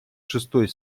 шестой